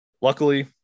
Luckily